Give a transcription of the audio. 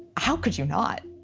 how could you not?